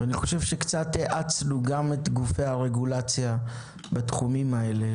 קצת האצנו גם את גופי הרגולציה בתחומים האלה.